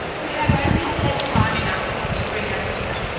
we have only had time enough to bring us hither,